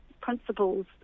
principles